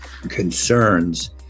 concerns